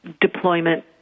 deployment